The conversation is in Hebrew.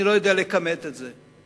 אני לא יודע לכמת את זה,